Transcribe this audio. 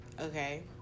Okay